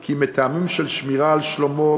כי מטעמים של שמירה על שלומו,